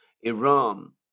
Iran